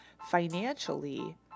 financially